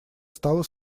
стала